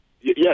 yes